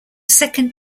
second